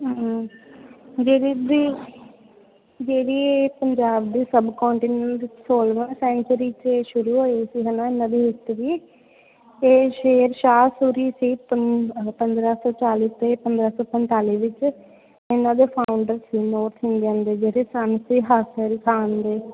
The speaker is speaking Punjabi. ਹਾਂ ਜਿਹੜੀ ਇਸਦੀ ਜਿਹੜੀ ਇਹ ਪੰਜਾਬ ਦੇ ਸਬਕੋਟੀਨਿਊ ਸੈਂਚੁਰੀ 'ਚ ਸ਼ੁਰੂ ਹੋਈ ਸੀ ਹੈ ਨਾ ਇਹਨਾਂ ਦੀ ਅਤੇ ਸ਼ੇਰ ਸ਼ਾਹ ਸੂਰੀ ਸੀ ਪੰਦ ਪੰਦਰ੍ਹਾਂ ਸੌ ਚਾਲ੍ਹੀ ਅਤੇ ਪੰਦਰ੍ਹਾਂ ਸੌ ਪੰਤਾਲੀ ਵਿੱਚ ਇਹਨਾਂ ਦੇ ਫਾਊਂਡਰ ਸੀ ਨੋਰਥ ਇੰਡੀਅਨ ਦੇ ਜਿਹੜੇ